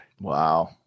Wow